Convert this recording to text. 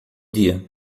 dia